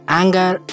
anger